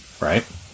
Right